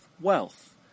wealth